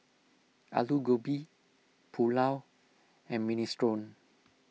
Alu Gobi Pulao and Minestrone